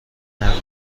نگو